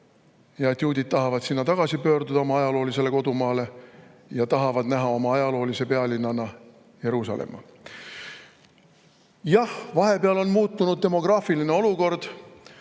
et juudid tahavad tagasi pöörduda sinna, oma ajaloolisele kodumaale ja tahavad näha oma ajaloolise pealinnana Jeruusalemma. Jah, vahepeal on demograafiline olukord